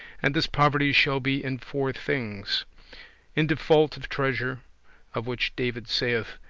and this poverty shall be in four things in default of treasure of which david saith,